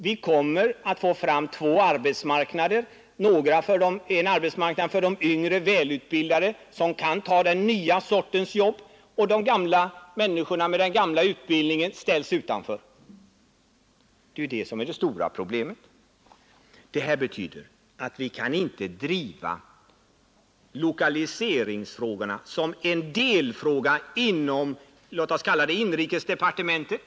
Vi kommer att få två arbetsmarknader: en för de yngre välutbildade, som kan ta den nya sortens jobb, och en för de äldre med den gamla utbildningen, som ställs utanför de nya jobben. Det är det stora problemet, och det betyder att vi inte bör driva lokaliseringsfrågorna som en delfråga inom t.ex. inrikesdepartementet.